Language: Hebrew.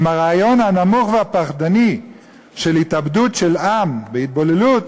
הרעיון הנמוך והפחדני של התאבדות של עם והתבוללות,